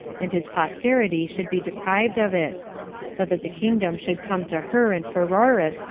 and his posterity should be deprived of it but that the kingdom should come to her and pheroras,